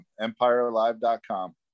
EmpireLive.com